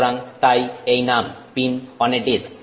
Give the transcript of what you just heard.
সুতরাং তাই এই নাম পিন অন এ ডিস্ক